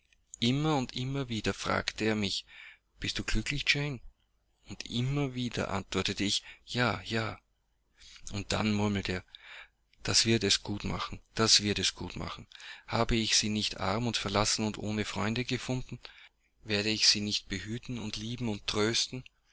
immer und immer wieder fragte er mich bist du glücklich jane und immer wieder antwortete ich ja ja und dann murmelte er das wird es gut machen das wird es gut machen habe ich sie nicht arm und verlassen und ohne freunde gefunden werde ich sie nicht behüten und lieben und trösten